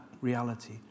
reality